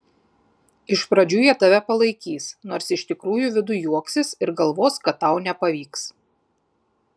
iš pradžių jie tave palaikys nors iš tikrųjų viduj juoksis ir galvos kad tau nepavyks